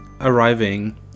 arriving